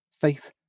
faith